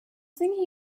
thinking